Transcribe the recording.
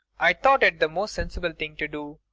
i thought it the most sensible thing to do.